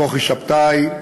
לכוכי שבתאי,